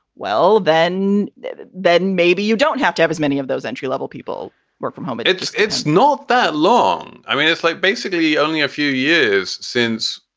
well, then then maybe you don't have to have as many of those entry level people work from home it's just it's not that long. i mean, it's like basically only a few years since.